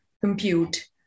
compute